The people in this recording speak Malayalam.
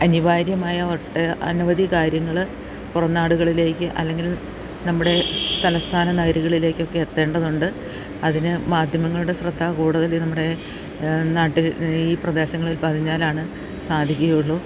അനിവാര്യമായ ഒട്ടനവധി കാര്യങ്ങൾ പുറം നാടുകളിലേക്ക് അല്ലെങ്കിൽ നമ്മുടെ തലസ്ഥാന നഗരികളിലേക്ക് ഒക്കെ എത്തേണ്ടതുണ്ട് അതിന് മാധ്യമങ്ങളുടെ ശ്രദ്ധ കൂടുതൽ നമ്മുടെ നാട്ടിൽ ഈ പ്രദേശങ്ങളിൽ പതിഞ്ഞാലാണ് സാധിക്കുകയുള്ളു